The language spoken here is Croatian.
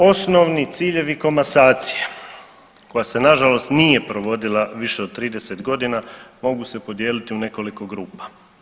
Osnovni ciljevi komasacije koja se nažalost nije provodila više od 30 godina mogu se podijeliti u nekoliko grupa.